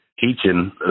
teaching